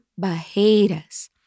Barreiras